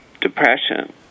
depression